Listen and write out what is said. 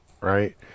right